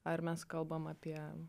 ar mes kalbam apie